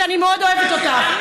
שאני מאוד אוהבת אותך,